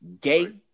gay